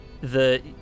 The-